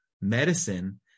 medicine